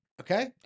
Okay